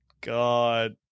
God